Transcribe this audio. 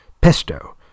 Pesto